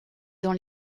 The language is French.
dans